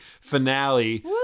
finale